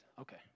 Okay